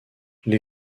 les